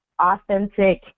authentic